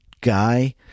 guy